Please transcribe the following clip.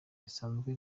risanzwe